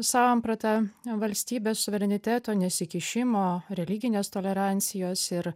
samprata valstybės suvereniteto nesikišimo religinės tolerancijos ir